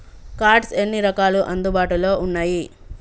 Cards ఎన్ని రకాలు అందుబాటులో ఉన్నయి?